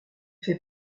fait